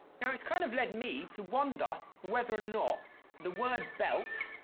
now it's kind of led me to wonder whether or not the word belt